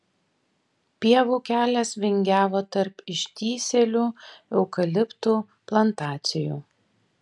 pievų kelias vingiavo tarp ištįsėlių eukaliptų plantacijų